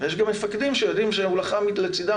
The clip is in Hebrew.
יש גם מפקדים שיודעים שהוא לחם לצדם